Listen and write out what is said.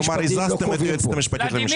כלומר הזזתם את היועצת המשפטית לממשלה.